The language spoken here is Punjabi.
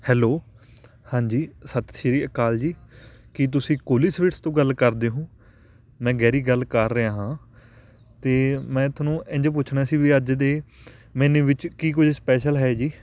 ਹੈਲੋ ਹਾਂਜੀ ਸਤਿ ਸ੍ਰੀ ਅਕਾਲ ਜੀ ਕੀ ਤੁਸੀਂ ਕੋਹਲੀ ਸਵੀਟਸ ਤੋਂ ਗੱਲ ਕਰਦੇ ਹੋ ਮੈਂ ਗੈਰੀ ਗੱਲ ਕਰ ਰਿਹਾ ਹਾਂ ਅਤੇ ਮੈਂ ਤੁਹਾਨੂੰ ਇੰਝ ਪੁੱਛਣਾ ਸੀ ਵੀ ਅੱਜ ਦੇ ਮੈਨਿਊ ਵਿੱਚ ਕੀ ਕੁਝ ਸਪੈਸ਼ਲ ਹੈ ਜੀ